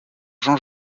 jean